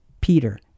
Peter